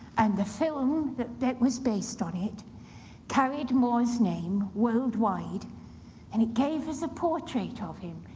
and the film that that was based on it carried more's name worldwide and it gave us a portrait of him,